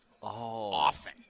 often